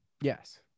Yes